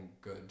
good